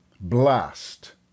blast